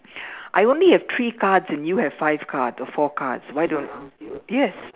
I only have three cards and you have five cards or four cards why don't yes